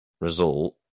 result